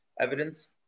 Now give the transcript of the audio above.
evidence